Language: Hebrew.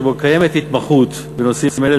שבו קיימת התמחות בנושאים אלה,